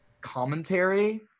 commentary